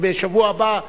ובשבוע הבא,